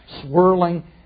swirling